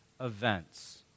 events